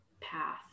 path